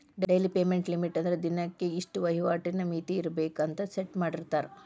daily payment limit ಅಂದ್ರ ದಿನಕ್ಕೆ ಇಷ್ಟ ವಹಿವಾಟಿನ್ ಮಿತಿ ಇರ್ಬೆಕ್ ಅಂತ ಸೆಟ್ ಮಾಡಿರ್ತಾರ